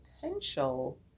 potential